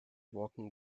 walking